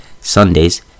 Sundays